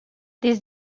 this